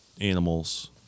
Animals